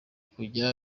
kujya